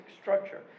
structure